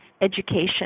education